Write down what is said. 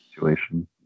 situation